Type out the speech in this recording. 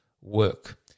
work